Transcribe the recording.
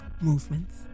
movements